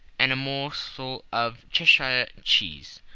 and a morsel of cheshire cheese,